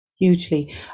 Hugely